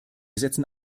setzen